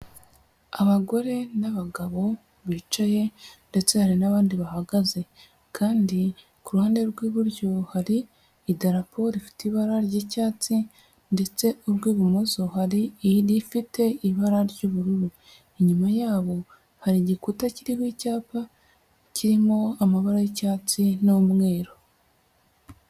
Abagore n'abagabo bicaye, ndetse hari n'abandi bahagaze. Kandi ku ruhande rw'iburyo hari idarapo rifite ibara ry'icyatsi, ndetse urw'ibumoso hari irifite ibara ry'ubururu. Inyuma yabo hari igikuta kiriho icyapa kirimo amabara y'icyatsi n'umweru.